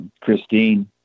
Christine